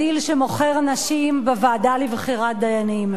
הדיל שמוכר נשים בוועדה לבחירת דיינים.